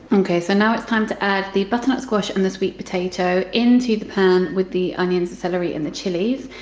okay so now it's time to add the butternut squash and the sweet potato into the pan with the onions and celery and the chilies,